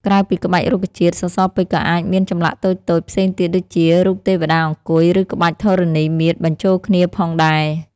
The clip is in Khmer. ក្រៅពីក្បាច់រុក្ខជាតិ សសរពេជ្រក៏អាចមានចម្លាក់តូចៗផ្សេងទៀតដូចជា រូបទេវតាអង្គុយ ឬក្បាច់ធរណីមាត្រ បញ្ចូលគ្នាផងដែរ។